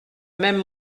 même